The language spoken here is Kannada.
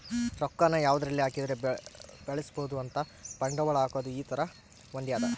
ರೊಕ್ಕ ನ ಯಾವದರಲ್ಲಿ ಹಾಕಿದರೆ ಬೆಳ್ಸ್ಬೊದು ಅಂತ ಬಂಡವಾಳ ಹಾಕೋದು ಈ ತರ ಹೊಂದ್ಯದ